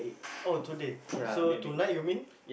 oh today so tonight you mean